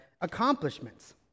accomplishments